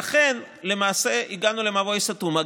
לכן למעשה הגענו למבוי סתום.